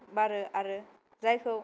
बारो आरो जायखौ